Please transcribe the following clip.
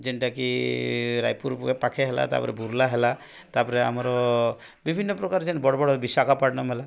ଯେଉଁଟାକି ରାୟପୁର ପାଖେ ହେଲା ତାପରେ ବୁର୍ଲା ହେଲା ତାପରେ ଆମର ବିଭିନ୍ନ ପ୍ରକାର ଯେଉଁ ବଡ଼ ବଡ଼ ବିଶାଖାପାଟନମ୍ ହେଲା